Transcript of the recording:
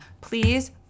Please